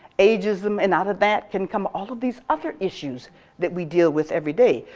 ageism, and out of that can come all of these other issues that we deal with every day.